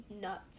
nuts